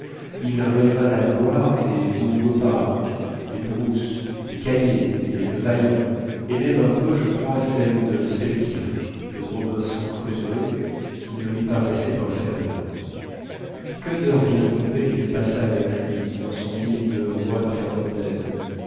il rêva la gloire des mungo park des bruce des caillié des levaillant et même un peu je crois celle de selkirk le robinson crusoé qui ne lui paraissait pas inférieure que d'heures bien occupées il passa avec lui dans son île de juan fernandez